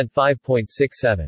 5.67